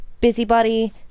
Busybody